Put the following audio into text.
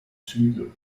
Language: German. züge